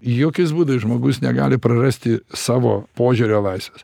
jokiais būdais žmogus negali prarasti savo požiūrio laisvės